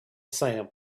sand